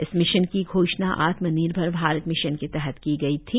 इस मिशन की घोषणा आत्म निर्भर भारत अभियान के तहत की गई थी